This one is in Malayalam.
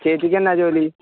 ചേച്ചിക്കെന്നാ ജോലി